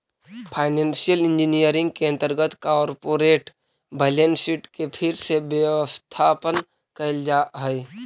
financial engineering के अंतर्गत corporate balance sheet के फिर से व्यवस्थापन कैल जा हई